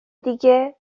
دیگه